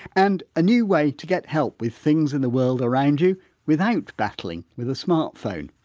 and a new way to get help with things in the world around you without battling with a smartphone.